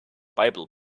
bible